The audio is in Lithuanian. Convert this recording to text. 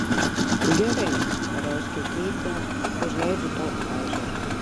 gerai pareiškė keitė užleidžiu tau ežerą